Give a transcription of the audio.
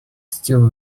still